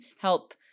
help